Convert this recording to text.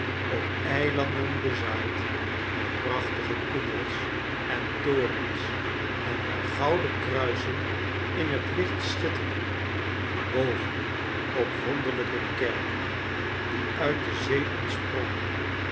op eilanden bezaaid met prachtige koepels en torens en waar gouden kruisen in het licht schitterden boven op wonderlijke kerken die uit de zee ontsprongen